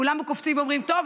כולנו קופצים ואומרים: טוב,